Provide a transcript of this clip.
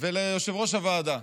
וליושב-ראש הוועדה.